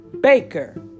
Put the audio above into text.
Baker